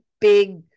big